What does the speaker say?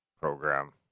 program